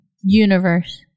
universe